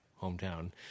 hometown